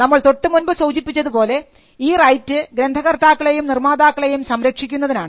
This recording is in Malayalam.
നമ്മൾ തൊട്ടു മുൻപ് സൂചിപ്പിച്ചതുപോലെ ഈ റൈറ്റ് ഗ്രന്ഥകർത്താക്കളേയും നിർമാതാക്കളേയും സംരക്ഷിക്കുന്നതിനാണ്